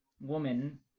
woman